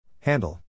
Handle